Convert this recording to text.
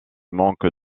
manque